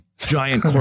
giant